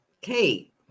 Kate